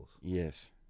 Yes